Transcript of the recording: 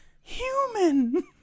human